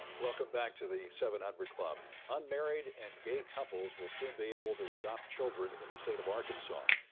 welcome back to the seven hundred club. unmarried and gay couples will soon be able to adopt children in the state of arkansas.